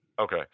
Okay